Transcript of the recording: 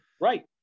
Right